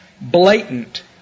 Blatant